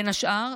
בין השאר,